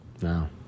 No